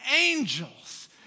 angels